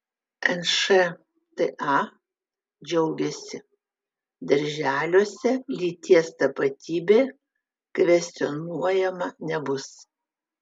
nšta džiaugiasi darželiuose lyties tapatybė kvestionuojama nebus